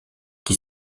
qui